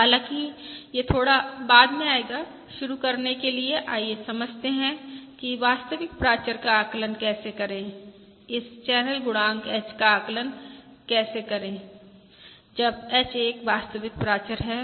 हालाँकि यह थोड़ा बाद में आएगा शुरू करने के लिए आइए समझते हैं कि वास्तविक प्राचर का आकलन कैसे करे इस चैनल गुणांक H का आकलन कैसे लगाया जाए जब H एक वास्तविक प्राचर है